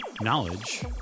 knowledge